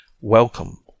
Welcome